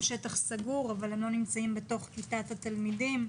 שטח סגור אבל הם לא נמצאים בתוך כיתת התלמידים.